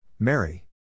Mary